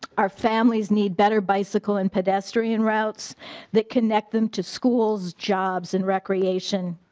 our families need better bicycle and pedestrian routes that connect them to schools jobs and recreation.